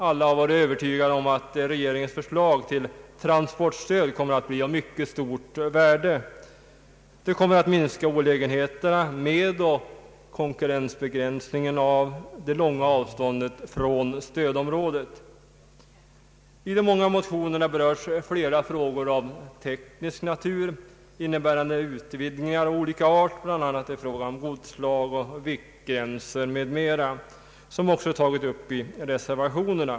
Alla har varit övertygade om att regeringens förslag till transportstöd kommer att bli av mycket stort värde. Det kommer att minska olägenheterna med och konkurrensbegränsningen av de långa avstånden från stödområdet. I de många motionerna berörs flera frågor av teknisk natur, innebärande utvidgningar av olika art bl.a. i fråga om godsslag, viktgränser m.m., som också tagits upp i reservationerna.